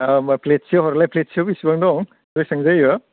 होमब्ला प्लेटसे हरलाय प्लेटसेयाव बेसेबां दं बेसेबां जायो